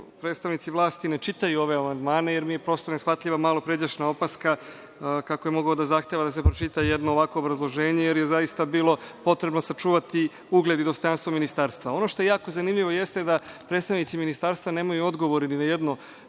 predstavnici vlasti ne čitaju ove amandmane jer mi je prosto neshvatljivo malopređašnja opaska kako je mogao da zahteva da se pročita jedno ovakvo obrazloženje, jer je zaista bilo potrebno sačuvati ugled i dostojanstvo ministarstva. Ono što je jako zanimljivo jeste da predstavnici ministarstva nemaju odgovor ni na jedno